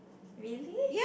really